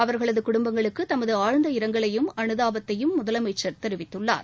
அவர்களது குடும்பங்களுக்கு தமது ஆழ்ந்த இரங்கலையும் அனுதாபத்தையும் முதலமைச்ச் தெரிவித்குள்ளார்